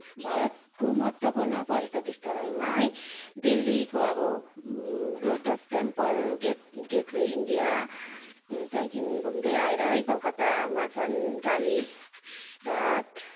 भारतको महत्तवपूर्ण पर्यटक स्थलहरूमा है दिल्लीको आबो lotus temple gate gateway India त्यहाँदेखि घुम्दै आएर है कलकत्तामा छन् कालिघाट